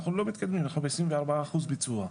אנחנו לא מתקדמים אנחנו בעשרים וארבעה אחוז ביצוע.